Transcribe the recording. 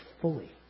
fully